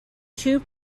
two